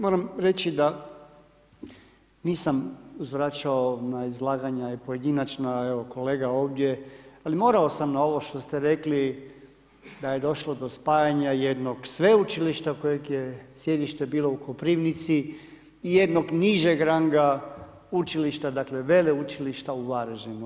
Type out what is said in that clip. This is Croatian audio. Moram reći da nisam uzvraćao na izlaganja pojedinačno, evo kolega ovdje, ali morao sam na ovo što ste rekli da je došlo do spajanja jednog sveučilišta kojeg je sjedište bilo u Koprivnici i jednog nižeg ranga učilišta, dakle veleučilišta u Varaždinu.